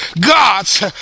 gods